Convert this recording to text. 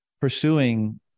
pursuing